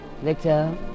Victor